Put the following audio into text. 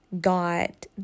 got